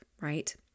right